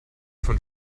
von